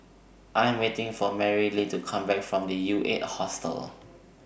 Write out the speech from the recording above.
I Am waiting For Marylee to Come Back from U eight Hostel